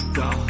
go